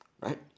Right